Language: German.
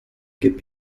gib